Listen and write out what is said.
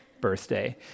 birthday